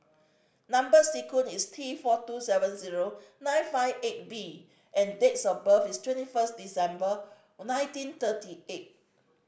number sequence is T four two seven zero nine five eight B and dates of birth is twenty first December nineteen thirty eight